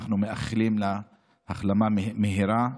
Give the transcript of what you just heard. ואנחנו מאחלים לה החלמה מהירה.